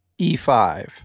e5